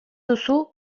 duzu